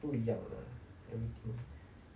不一样了 everything